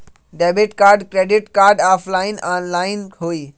Debit card credit card offline online होई?